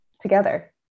together